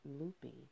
loopy